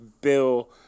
Bill